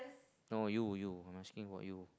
no you you I'm asking about you